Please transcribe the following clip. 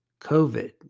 covid